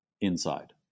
inside